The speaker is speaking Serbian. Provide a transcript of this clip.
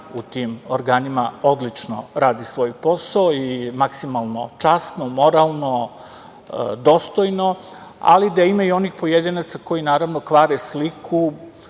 u tim organima odlično radi svoj posao i maksimalno časno, moralno, dostojno, ali da ima i onih pojedinaca koji kvare sliku